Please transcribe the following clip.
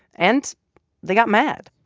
and they got mad